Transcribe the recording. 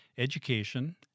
education